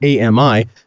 AMI